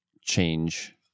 change